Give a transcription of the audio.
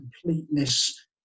completeness